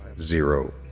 zero